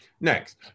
Next